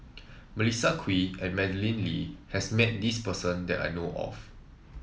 Melissa Kwee and Madeleine Lee has met this person that I know of